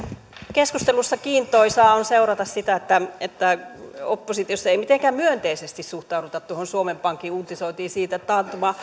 keskustelussa kiintoisaa on seurata sitä että että oppositiossa ei mitenkään myönteisesti suhtauduta tuohon suomen pankin uutisointiin siitä että taantuma